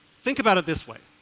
think about it this way,